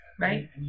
right